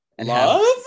Love